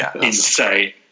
insane